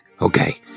Okay